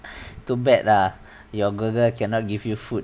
too bad lah your google cannot give you food